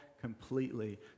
completely